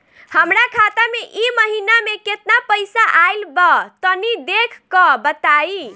हमरा खाता मे इ महीना मे केतना पईसा आइल ब तनि देखऽ क बताईं?